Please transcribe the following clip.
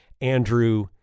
Andrew